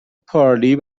پارلی